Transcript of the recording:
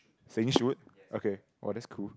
saying shoot okay [wah] that's cool